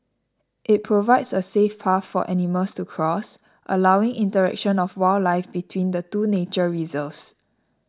it provides a safe path for animals to cross allowing interaction of wildlife between the two nature reserves